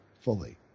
fully